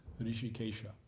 Rishikesha